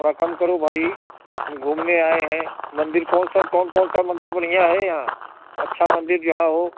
थोड़ा काम करो भाई हम घूमने आए हैं मंदिर कौनसा कौन कौनसा मंदिर बढ़ियाँ है यहाँ अच्छा मंदिर जहाँ हो